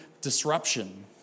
disruption